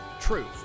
truth